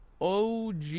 OG